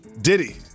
Diddy